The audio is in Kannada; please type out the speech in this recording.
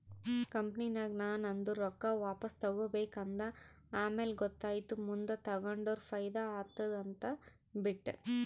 ಕಂಪನಿನಾಗ್ ನಾ ನಂದು ರೊಕ್ಕಾ ವಾಪಸ್ ತಗೋಬೇಕ ಅಂದ ಆಮ್ಯಾಲ ಗೊತ್ತಾಯಿತು ಮುಂದ್ ತಗೊಂಡುರ ಫೈದಾ ಆತ್ತುದ ಅಂತ್ ಬಿಟ್ಟ